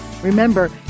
Remember